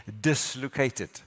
dislocated